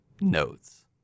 notes